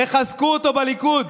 תחזקו אותו בליכוד.